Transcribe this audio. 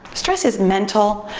stress is mental.